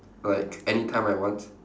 like anytime I want